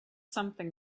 something